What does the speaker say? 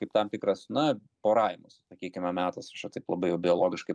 kaip tam tikras na poravimosi sakykime metas aš čia taip labai jau biologiškai